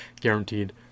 guaranteed